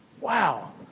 Wow